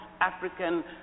African